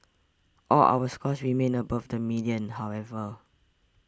all our scores remain above the median however